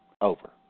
over